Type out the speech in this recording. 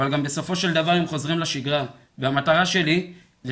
אבל גם בסופו של דבר הם חוזרים לשגרה והמטרה שלי זה